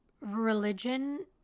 religion